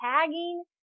tagging